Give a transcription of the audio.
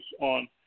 on